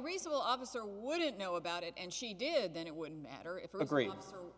reasonable obvious or wouldn't know about it and she did then it wouldn't matter if you agreed